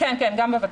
כן, גם בוותיקות.